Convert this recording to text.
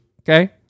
okay